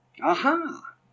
Aha